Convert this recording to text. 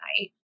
night